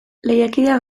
lehiakideak